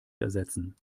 ersetzen